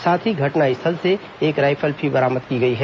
साथ ही घटनास्थल से एक राइफल भी बरामद की गई है